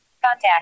contact